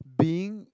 being